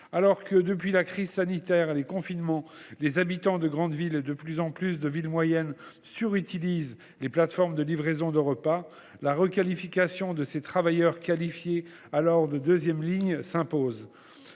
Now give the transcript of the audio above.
Alors que, depuis la crise sanitaire et les confinements, les habitants des grandes villes, ainsi que, de plus en plus, ceux des villes moyennes, utilisent à l’excès les plateformes de livraison de repas, la requalification de ces travailleurs, que l’on disait alors « de deuxième ligne », s’impose.